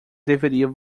deveria